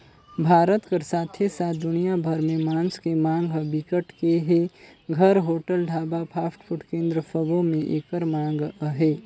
भारत कर साथे साथ दुनिया भर में मांस के मांग ह बिकट के हे, घर, होटल, ढाबा, फास्टफूड केन्द्र सबो में एकर मांग अहे